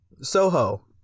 Soho